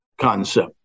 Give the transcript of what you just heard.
concept